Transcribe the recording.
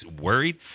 worried